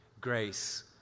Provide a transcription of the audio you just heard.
grace